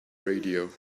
radio